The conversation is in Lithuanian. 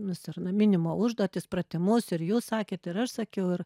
nusiraminimo užduotis pratimus ir jūs sakėt ir aš sakiau ir